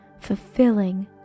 fulfilling